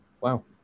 wow